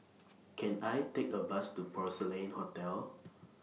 Can I Take A Bus to Porcelain Hotel